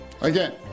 Again